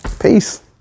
peace